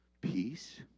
peace